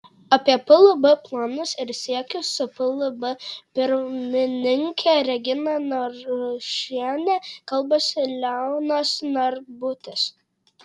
apie plb planus ir siekius su plb pirmininke regina narušiene kalbasi leonas narbutis